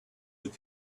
with